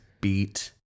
beat